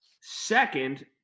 Second